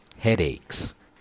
headaches